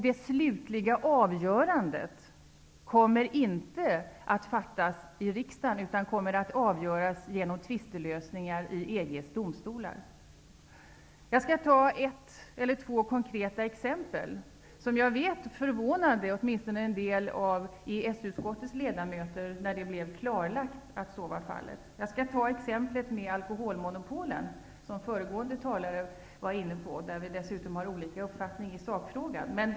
Det slutliga avgörandet kommer inte att fattas i riksdagen utan i stället vid tvistelösningar i EG:s domstolar. Jag skall ge ett konkret exempel. Jag vet att detta förvånade åtminstone en del av EES-utskottets ledamöter när det blev klarlagt att så var fallet. Jag skall ta exemplet med alkoholmonopolen, som föregående talare var inne på och där vi har olika uppfattningar i sakfrågan.